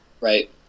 Right